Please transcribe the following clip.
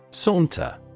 Saunter